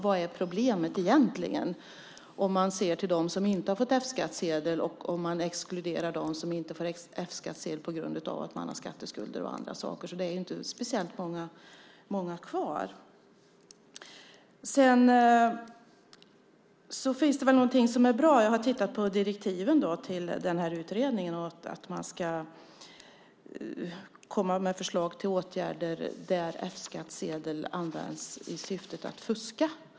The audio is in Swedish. Vad är egentligen problemet om man ser till dem som inte har fått F-skattsedel och exkluderar dem som inte får det på grund av skatteskulder och annat? Det är ju inte speciellt många kvar. Det finns också något som är bra. Jag har tittat på direktiven till utredningen. Man ska komma med förslag till åtgärder där F-skattsedel används i syftet att fuska.